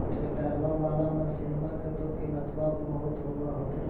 ट्रैक्टरबा बाला मसिन्मा के तो किमत्बा बहुते होब होतै?